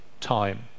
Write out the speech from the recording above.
time